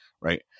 right